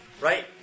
Right